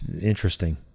Interesting